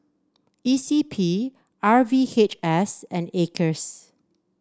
E C P R V H S and Acres